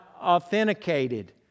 authenticated